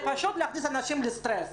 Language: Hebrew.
זה פשוט להכניס אנשים לסטרס,